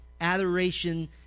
adoration